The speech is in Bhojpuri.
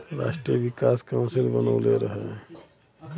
राष्ट्रीय विकास काउंसिल बनवले रहे